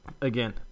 again